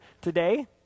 today